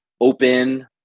open